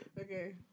Okay